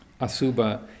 asuba